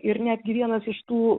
ir netgi vienas iš tų